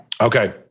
Okay